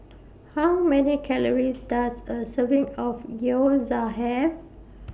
How Many Calories Does A Serving of Gyoza Have